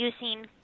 using